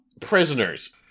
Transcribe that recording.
prisoners